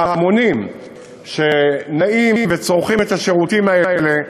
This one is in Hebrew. ההמונים שנעים וצורכים את השירותים האלה,